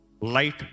light